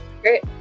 great